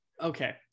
Okay